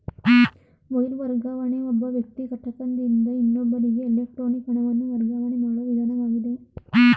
wire ವರ್ಗಾವಣೆ ಒಬ್ಬ ವ್ಯಕ್ತಿ ಘಟಕದಿಂದ ಇನ್ನೊಬ್ಬರಿಗೆ ಎಲೆಕ್ಟ್ರಾನಿಕ್ ಹಣವನ್ನು ವರ್ಗಾವಣೆ ಮಾಡುವ ವಿಧಾನವಾಗಿದೆ